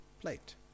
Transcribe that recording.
plate